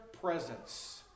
presence